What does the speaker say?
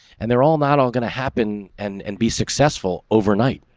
and they're all not all gonna happen and and be successful overnight.